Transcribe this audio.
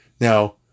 Now